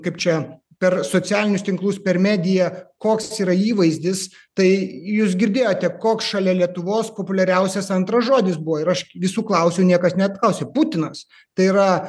kaip čia per socialinius tinklus per mediją koks yra įvaizdis tai jūs girdėjote koks šalia lietuvos populiariausias antras žodis buvo ir aš visų klausiau niekas neklausė putinas tai yra